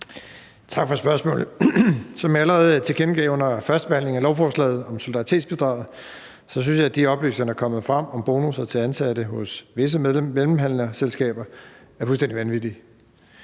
Tak for spørgsmålet. Som jeg allerede tilkendegav under førstebehandlingen af lovforslaget om solidaritetsbidraget, synes jeg, at de oplysninger, der er kommet frem om bonusser til ansatte hos visse mellemhandlerselskaber, er fuldstændig vanvittige.